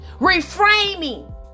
reframing